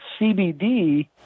CBD